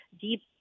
deep